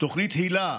תוכנית היל"ה,